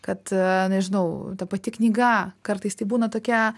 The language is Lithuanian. kad nežinau ta pati knyga kartais tai būna tokia